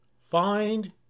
find